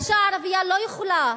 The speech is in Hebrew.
האשה הערבייה לא יכולה,